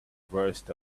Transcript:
worst